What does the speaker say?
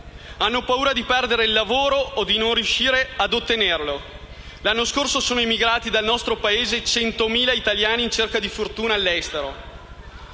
hanno paura di perdere il lavoro o di non riuscire a ottenerlo. L'anno scorso sono emigrati dal nostro Paese 100.000 italiani in cerca di fortuna all'estero.